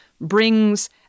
brings